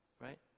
Right